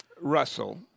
Russell